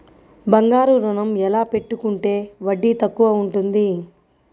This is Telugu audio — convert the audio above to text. బంగారు ఋణం ఎలా పెట్టుకుంటే వడ్డీ తక్కువ ఉంటుంది?